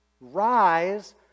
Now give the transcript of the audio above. rise